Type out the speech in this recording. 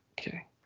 Okay